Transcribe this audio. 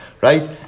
right